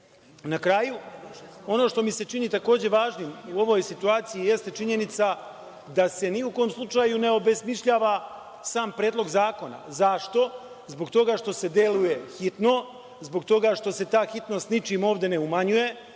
kraju, ono što mi se čini takođe važnim u ovoj situaciji, jeste činjenica da se ni u kom slučaju ne obesmišljava sam Predlog zakona. Zašto? Zbog toga što se deluje hitno, zbog toga što se ta hitnost ničim ovde ne umanjuje,